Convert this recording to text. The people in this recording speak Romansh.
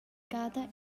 gada